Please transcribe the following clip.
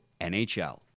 NHL